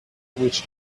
which